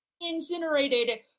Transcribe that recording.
incinerated